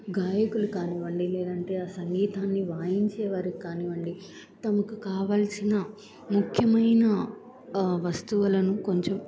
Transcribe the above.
గాయకులు కానివ్వండి లేదంటే ఆ సంగీతాన్ని వాయించేవారికి కానివ్వండి తమకు కావాల్సిన ముఖ్యమైన వస్తువులను కొంచెం